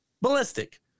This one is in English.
ballistic